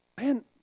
man